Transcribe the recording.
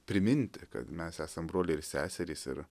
priminti kad mes esam broliai ir seserys ir